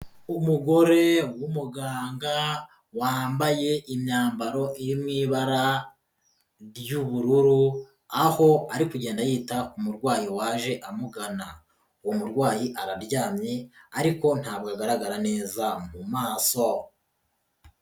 Umugore w'umuganga wambaye imyambaro iri mu ibara ry'ubururu, aho ari kugenda yita ku murwayi waje amugana, uwo murwayi araryamye ariko ntabwo agaragara neza mu maso.